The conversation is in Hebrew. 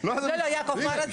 כן.